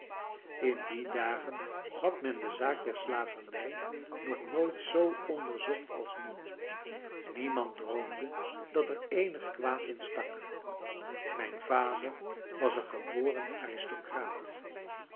in die dagen had men de zaak der slavernij nog nooit zoo onderzocht als nu niemand droomde dat er eenig kwaad in stak mijn vader was een geboren aristocraat